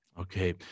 Okay